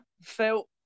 felt